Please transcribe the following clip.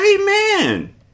Amen